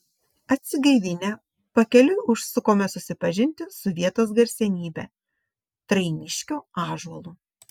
atsigaivinę pakeliui užsukome susipažinti su vietos garsenybe trainiškio ąžuolu